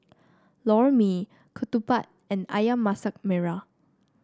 Lor Mee ketupat and ayam Masak Merah